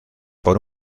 por